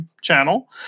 channel